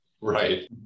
Right